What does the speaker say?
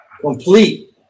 Complete